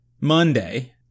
Monday